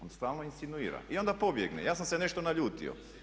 On stalno insinuira i onda pobjegne, ja sam se nešto naljutio.